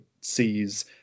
sees